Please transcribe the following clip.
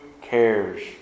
cares